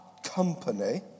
Company